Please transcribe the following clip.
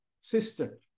sister